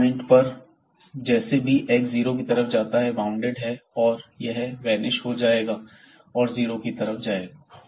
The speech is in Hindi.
इस पॉइंट पर जैसे भी x 0 की तरफ जाता है तो यह बॉउंडेड है और वेनिश हो जाएगा या जीरो की तरफ जाएगा